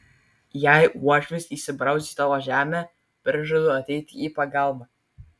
jei uošvis įsibraus į tavo žemę prižadu ateiti į pagalbą